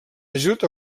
ajut